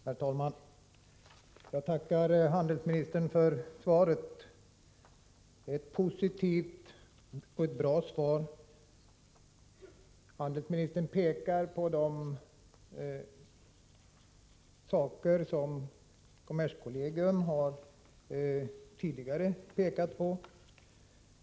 Herr talman! Jag tackar utrikeshandelsministern för svaret. Det är ett positivt och bra svar. Utrikeshandelsministern poängterar saker som kommerskollegium tidigare har pekat på.